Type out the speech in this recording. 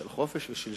של חופש ושל שוויון.